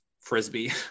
Frisbee